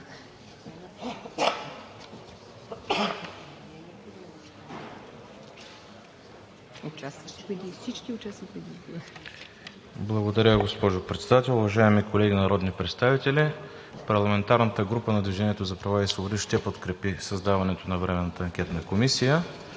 Благодаря, госпожо Председател. Уважаеми колеги народни представители! Парламентарната група на „Движение за права и свободи“ ще подкрепи създаването на Временната анкетна комисия.